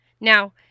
Now